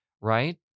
right